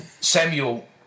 Samuel